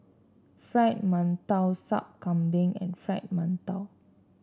Fried Mantou Sup Kambing and Fried Mantou